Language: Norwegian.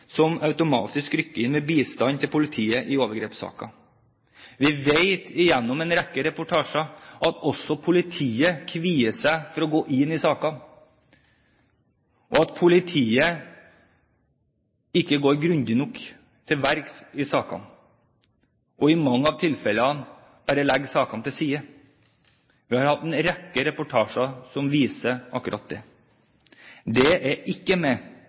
som automatisk rykker inn med bistand til politiet i overgrepssaker. Vi vet gjennom en rekke reportasjer at også politiet kvier seg for å gå inn i sakene, at politiet ikke går grundig nok til verks, og i mange av tilfellene bare legger sakene til side. Vi har hatt en rekke reportasjer som viser akkurat det. Det er ikke med